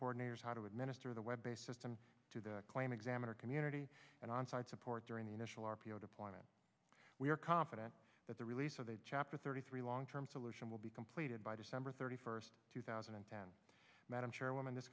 coordinators how to administer the web based system to the claim examiner community and onsite support during the initial r p o deployment we are confident that the release of chapter thirty three long term solution will be completed by december thirty first two thousand and ten madam chairwoman this